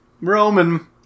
Roman